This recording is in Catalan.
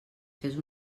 fes